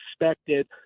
expected